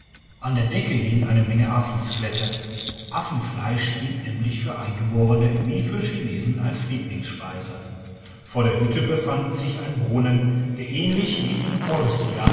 an der decke hing eine menge affenskelette affenfleisch dient nämlich für eingeborene wie für chinesen als lieblingsspeise vor der hütte befand sich ein brunnen der ähnlich wie in